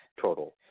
total